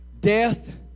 death